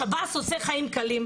השב”ס עושה חיים קלים,